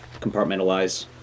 compartmentalize